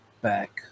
back